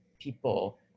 people